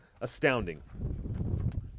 astounding